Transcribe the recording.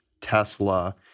Tesla